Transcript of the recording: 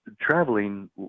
traveling